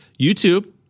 YouTube